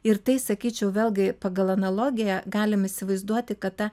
ir tai sakyčiau vėlgi pagal analogiją galim įsivaizduoti kad ta